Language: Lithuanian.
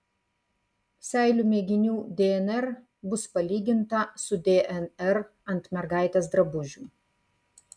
seilių mėginių dnr bus palyginta su dnr ant mergaitės drabužių